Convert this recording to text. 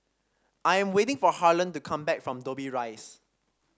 I am waiting for Harlen to come back from Dobbie Rise